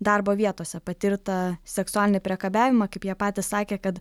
darbo vietose patirtą seksualinį priekabiavimą kaip jie patys sakė kad